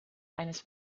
eines